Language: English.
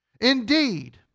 Indeed